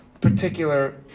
particular